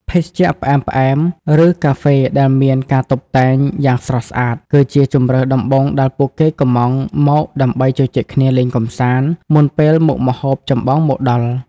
ភេសជ្ជៈផ្អែមៗ ឬកាហ្វេដែលមានការតុបតែងយ៉ាងស្រស់ស្អាត គឺជាជម្រើសដំបូងដែលពួកគេកុម្ម៉ង់មកដើម្បីជជែកគ្នាលេងកម្សាន្ត មុនពេលមុខម្ហូបចម្បងមកដល់។